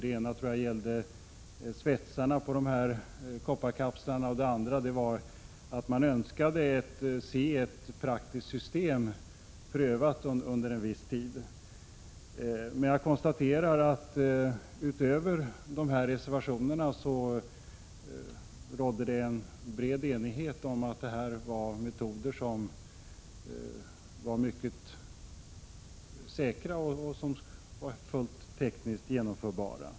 Den ena tror jag gällde svetsarna på kopparkapslarna, och den andra var att man önskade se ett system praktiskt prövat under en viss tid. Jag konstaterar att det utöver dessa reservationer rådde en bred enighet om att det här var en mycket säker metod, som var tekniskt fullt genomförbar.